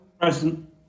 Present